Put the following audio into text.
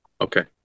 okay